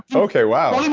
okay, wow.